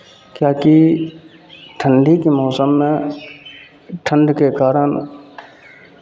किएकि ठण्ढीके मौसममे ठण्ढके कारण